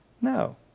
No